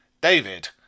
David